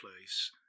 place